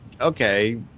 okay